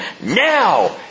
Now